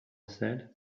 said